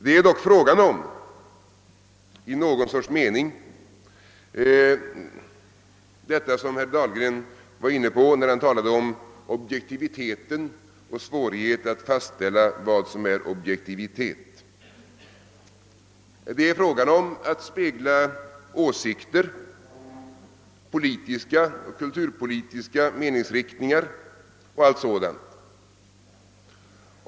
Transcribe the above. Det är dock här fråga om det som herr Dahlgren var inne på, nämligen att i någon mening fastställa vad som är objektivt, att spegla åsikter och låta politiska och kulturpolitiska meningsriktningar komma till tals.